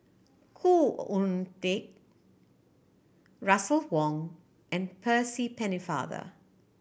Khoo Oon Teik Russel Wong and Percy Pennefather